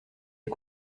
est